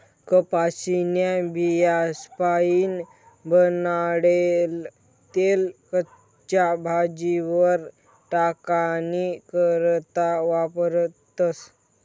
कपाशीन्या बियास्पाईन बनाडेल तेल कच्च्या भाजीस्वर टाकानी करता वापरतस